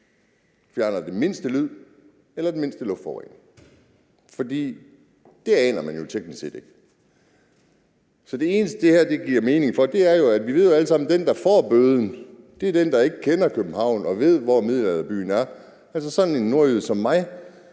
fjerner den mindste lyd eller den mindste luftforurening, for det aner man jo teknisk set ikke. Så det eneste, det her giver mening for, er, at vi alle sammen ved, at den, der får bøden, er den, der ikke kender København og ikke ved, hvor middelalderbyen er, altså sådan en nordjyde som mig.